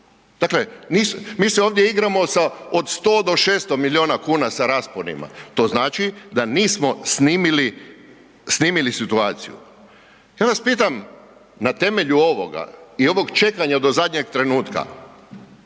Dakle, mi se ovdje igramo sa od 100 do 600 milijuna kuna sa rasponima. To znači da nismo snimili situaciju. Ja vas pitam na temelju ovoga i ovog čekanja do zadnjeg trenutka,